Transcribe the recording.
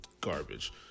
garbage